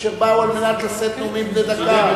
אשר באו על מנת לשאת נאומים בני דקה.